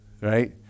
right